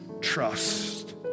trust